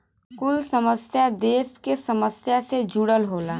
कुल संस्था देस के समस्या से जुड़ल होला